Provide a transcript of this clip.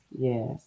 Yes